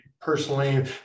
personally